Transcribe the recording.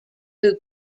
who